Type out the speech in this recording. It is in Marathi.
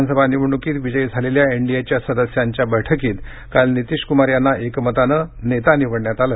विधानसभा निवडणुकीत विजयी झालेल्या एनडीच्या सदस्यांच्या बैठकीत काल नीतिश कुमार यांना एकमतानं नेता निवडण्यात आलं